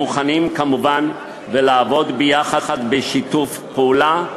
מוכנים כמובן לעבוד יחד, בשיתוף פעולה,